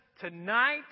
tonight